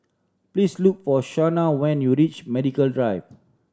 please look for Shawnna when you reach Medical Drive